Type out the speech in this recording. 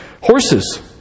horses